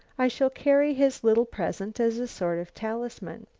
i shall carry his little present as a sort of talisman.